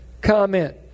Comment